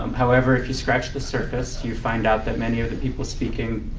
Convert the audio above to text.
um however, if you scratch the surface, you find out that many of the people speaking